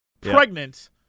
pregnant